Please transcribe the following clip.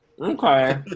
Okay